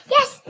Yes